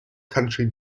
country